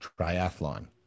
triathlon